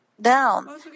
down